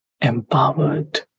empowered